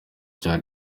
cya